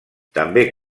també